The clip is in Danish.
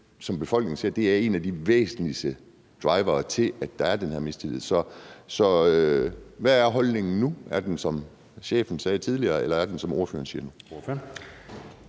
som befolkningen ser, er en af de væsentligste drivkræfter bag, at der er den her mistillid. Så hvad er holdningen nu? Er den, som chefen sagde tidligere, eller er den, som ordføreren siger nu?